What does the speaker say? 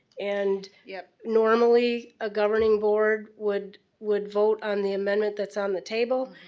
and yeah normally a governing board would would vote on the amendment that's on the table,